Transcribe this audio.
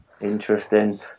Interesting